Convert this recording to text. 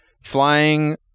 flying